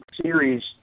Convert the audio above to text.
series